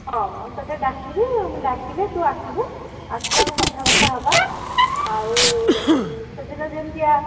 ହଁ ମୁଁ ତୋତେ ଡାକିବି ମୁଁ ଡାକିଲେ ତୁ ଆସିବୁ ଆସିଲେ ଆମେ କଥାବାର୍ତ୍ତା ହେବା ଆଉ ସେଦିନ ଯେମିତିଆ